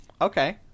Okay